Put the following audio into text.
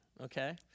okay